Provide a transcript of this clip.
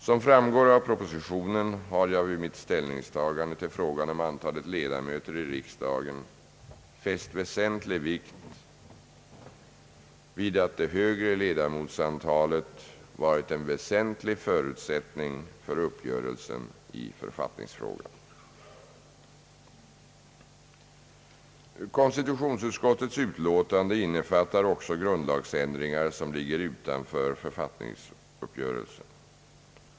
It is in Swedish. Som framgår av propositionen har jag vid mitt ställningstagande till frågan om antalet ledamöter i riksdagen fäst avsevärd vikt vid att det högre ledamotsantalet varit en väsentlig förutsättning för uppgörelsen i författningsfrågan. Konstitutionsutskottets betänkande innefattar även grundlagsändringar som ligger utanför författningsuppgörelsen.